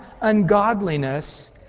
ungodliness